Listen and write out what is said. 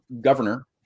governor